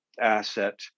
asset